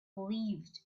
believed